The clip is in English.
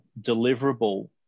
deliverable